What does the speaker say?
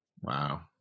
Wow